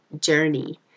journey